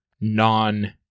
non